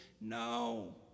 No